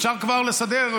אפשר כבר לסדר,